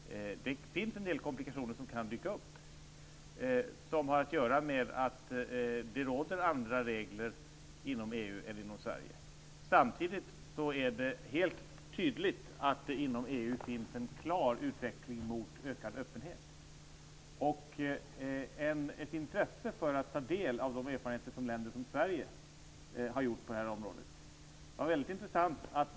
Det kan dyka upp en del komplikationer som har att göra med att det råder andra regler inom EU än inom Sverige. Samtidigt är det tydligt att det inom EU finns en klar utveckling mot ökad öppenhet och ett intresse av att ta del av de erfarenheter som länder som Sverige har gjort på området.